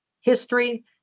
history